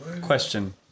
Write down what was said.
Question